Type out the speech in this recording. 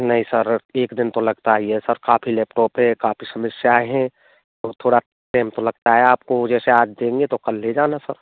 नहीं सर एक दिन तो लगता ही है सर काफ़ी लैपटॉप हैं काफ़ी समस्याएँ हैं तो थोड़ा टेम तो लगता है आपको जैसे आज देंगे तो कल ले जाना सर